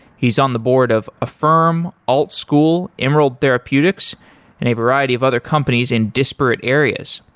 he's on the board of a firm, altschool emerald therapeutics and a variety of other companies in disparate areas.